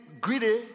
greedy